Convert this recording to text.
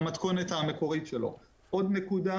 עוד נקודה